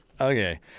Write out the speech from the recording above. Okay